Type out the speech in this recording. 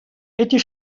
эти